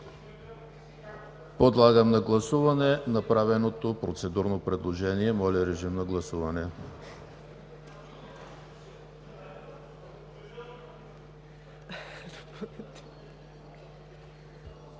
подложа на гласуване направеното процедурно предложение. Моля, режим на гласуване.